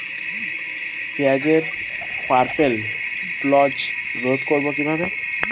পেঁয়াজের purple blotch রোধ করবো কিভাবে?